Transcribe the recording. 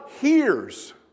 hears